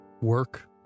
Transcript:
work